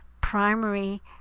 primary